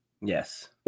Yes